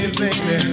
baby